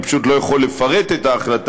אני פשוט לא יכול לפרט את ההחלטה,